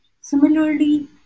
Similarly